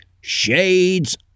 Shades